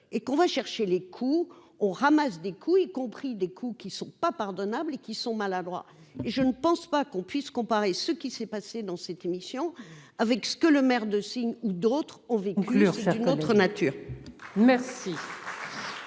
et qu'on va chercher les coups, on ramasse des coups, y compris des coûts qui sont pas pardonnable et qui sont maladroits et je ne pense pas qu'on puisse comparer ce qui s'est passé dans cette émission avec ce que le maire de signes ou d'autres ont vécu leur faire contre nature. Merci.